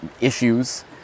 issues